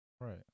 Right